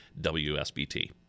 wsbt